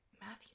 Matthew